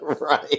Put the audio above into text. Right